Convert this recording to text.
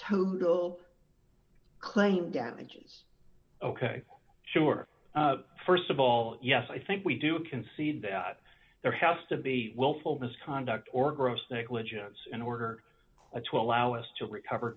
total claim damages ok sure st of all yes i think we do concede that there has to be willful misconduct or gross negligence in order to allow us to recover